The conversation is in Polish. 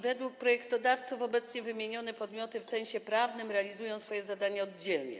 Według projektodawcy obecnie wymienione podmioty w sensie prawnym realizują swoje zadania oddzielnie.